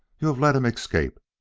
you have let him escape.